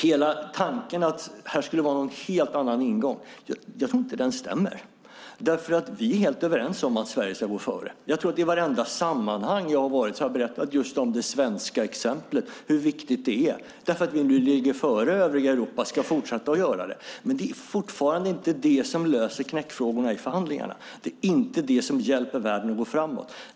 Hela tanken att detta skulle vara någon helt annan ingång tror jag inte stämmer. Vi är helt överens om att Sverige ska gå före. I vartenda sammanhang där jag har varit tror jag att jag har berättat om just det svenska exemplet, hur viktigt det är. Vi ligger före övriga Europa och ska fortsätta att göra det. Men det är fortfarande inte det som löser knäckfrågorna i förhandlingarna. Det är inte det som hjälper världen att gå framåt.